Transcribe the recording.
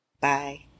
Bye